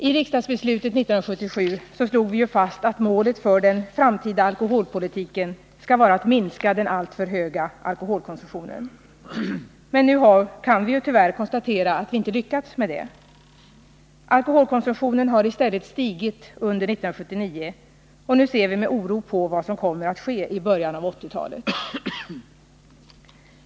I riksdagsbeslutet 1977 slog vi fast att målet för den framtida alkoholpolitiken skall vara att minska den alltför höga alkoholkonsumtionen. Men nu kan vi tyvärr konstatera att vi inte lyckats med det. Alkoholkonsumtionen hari stället stigit under år 1979, och nu ser vi med oro på vad som kommer att ske i början av 1980-talet.